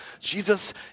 Jesus